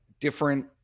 different